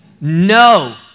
No